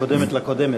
הקודמת לקודמת.